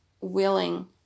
willing